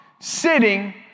Sitting